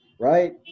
right